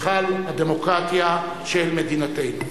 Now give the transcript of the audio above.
היכל הדמוקרטיה של מדינתנו.